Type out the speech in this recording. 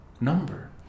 number